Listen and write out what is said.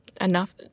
enough